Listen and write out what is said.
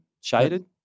Shaded